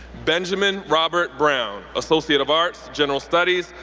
benjamin robert brown, associate of arts, general studies,